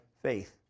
faith